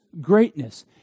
greatness